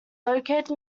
located